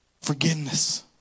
Forgiveness